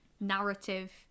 narrative